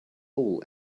all